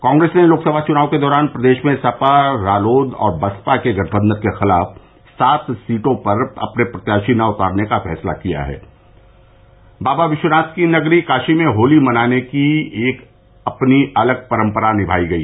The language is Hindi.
कांग्रेस ने लोकसभा चुनाव के दौरान प्रदेश में सपा रालोद और बसपा के गठबंधन के खिलाफ सात सीटों पर अपने प्रत्याशी नहीं उतारने का फैसला किया है बाबा विश्वनाथ की नगरी काशी में होली मनाने की एक अपनी अलग परंपरा निभाई गई